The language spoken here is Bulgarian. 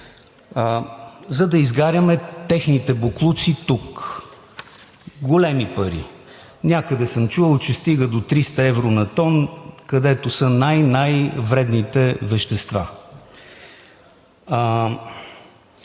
за да изгаряме техните боклуци тук. Големи пари! Някъде съм чувал, че стигат до 300 евро на тон, където са най-, най-вредните вещества.